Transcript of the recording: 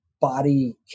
body